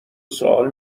سوال